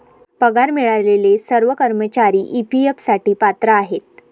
पगार मिळालेले सर्व कर्मचारी ई.पी.एफ साठी पात्र आहेत